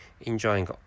enjoying